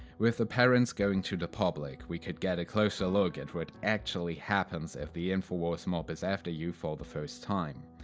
with the parents going to the public we could get a closer look at what actually happens if the infowars mob is after you for the first time.